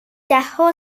دهها